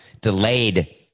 delayed